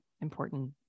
important